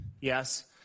Yes